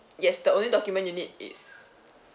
yes the only document you need is